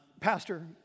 Pastor